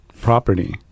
property